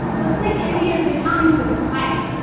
looks like india's accounting for the spike.